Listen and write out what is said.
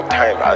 time